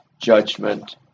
judgment